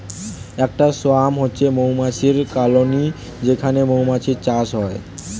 একটা সোয়ার্ম হচ্ছে মৌমাছির কলোনি যেখানে মৌমাছির চাষ হয়